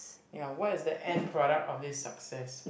ya what is the end product of this success